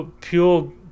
pure